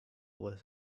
with